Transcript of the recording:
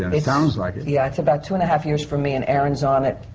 and it sounds like it. yeah. it's about two and a half years for me, and erin's on it